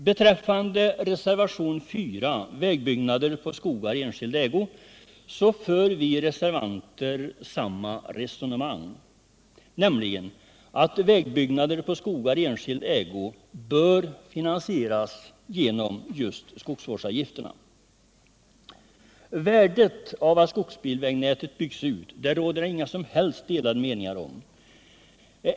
I reservationen 4 beträffande vägbyggnader på skogar i enskild ägo för vi reservanter samma resonemang, nämligen att sådana vägbyggnader bör finansieras genom just skogsvårdsavgifter. Värdet av att skogsbilvägnätet byggs ut råder det inga som helst delade meningar om.